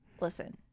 listen